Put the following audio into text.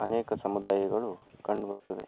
ಅನೇಕ ಸಮುದಾಯಗಳು ಕಂಡು ಬರುತ್ತದೆ